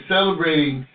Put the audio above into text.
Celebrating